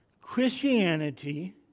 Christianity